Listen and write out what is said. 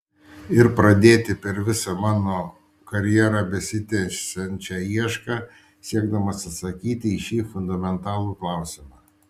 ir pradėti per visą mano karjerą besitęsiančią iešką siekdamas atsakyti į šį fundamentalų klausimą